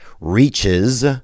reaches